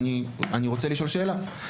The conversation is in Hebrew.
אני רוצה לשאול שאלה,